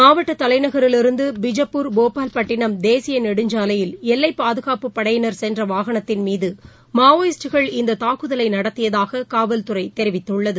மாவட்டதலைநகரிலிருந்துபிஜப்பூர் போபால்பட்டினம் தேசியநெடுஞ்சாலையில் எல்லைபாதுகாப்புப் படையினர் சென்றவாகனத்தின் மீதுமாவோயிஸ்ட்டுகள் இந்ததாக்குதலைநடத்தியதாககாவல்துறைதெரிவித்துள்ளது